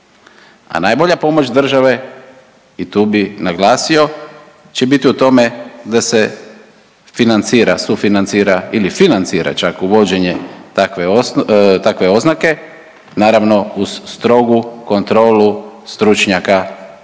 A najbolja pomoć države i tu bih naglasio će biti u tome da se financira, sufinancira ili financira čak uvođenje takve oznake naravno uz strogu kontrolu stručnjaka da